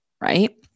right